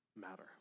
matter